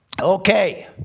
Okay